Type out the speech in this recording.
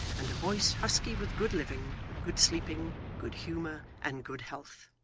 and a voice husky with good living, good sleeping, good humour, and good health.